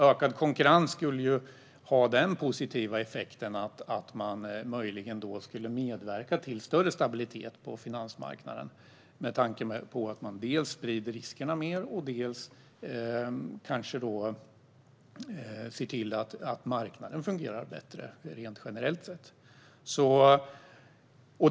Ökad konkurrens skulle möjligen ha den positiva effekten att man skulle medverka till större stabilitet på finansmarknaden med tanke på att man dels sprider riskerna mer, dels kanske ser till att marknaden fungerar bättre rent generellt.